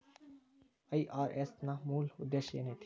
IRS ನ ಮೂಲ್ ಉದ್ದೇಶ ಏನೈತಿ?